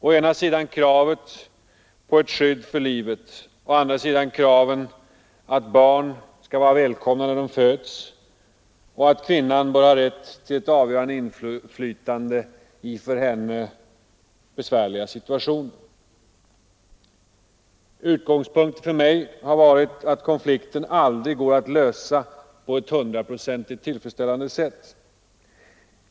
Å ena sidan är det kravet på ett skydd för livet, å andra sidan är det kravet att barn skall vara välkomna när de föds och att kvinnan bör ha rätt till ett avgörande inflytande i en för henne besvärlig situation. Utgångspunkten för mig har varit att konflikten aldrig går att lösa på ett hundraprocentigt tillfredsställande sätt.